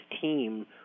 team